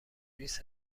بیست